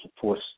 force